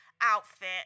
outfit